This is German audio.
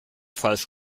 falsch